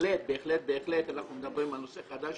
בהחלט אנחנו מדברים על נושא חדש